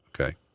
Okay